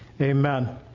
Amen